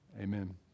amen